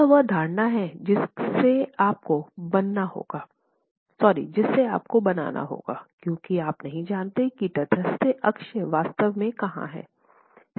यह वह धारणा है जिसे आपको बनाना होगा क्योंकि आप नहीं जानते कि तटस्थ अक्ष वास्तव में कहां है